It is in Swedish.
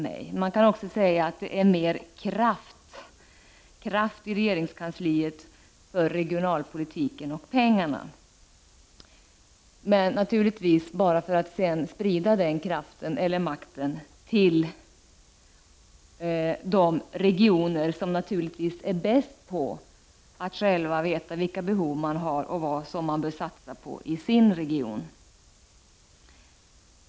Man kan också säga att det är mer kraft i regeringskansliet för regionalpolitiken och pengarna — men naturligtvis bara för att sedan sprida kraften eller makten till regionerna, som naturligtvis är ”bäst” på att veta vilka behov de har och vad man bör satsa på där.